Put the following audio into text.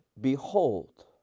behold